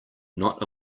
not